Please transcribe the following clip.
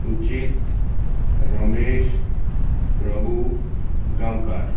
सुचीत Ramesh Prabhu Gaonkar